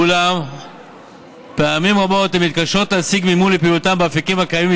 אולם פעמים רבות הן מתקשות להשיג מימון לפעילותן באפיקים הקיימים,